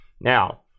Now